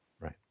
Right